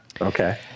okay